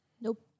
Nope